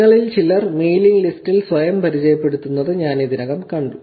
നിങ്ങളിൽ ചിലർ മെയിലിംഗ് ലിസ്റ്റിൽ സ്വയം പരിചയപ്പെടുത്തുന്നത് ഞാൻ ഇതിനകം കണ്ടു